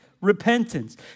repentance